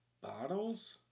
bottles